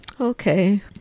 okay